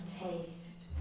taste